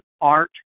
art